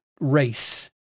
race